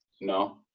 No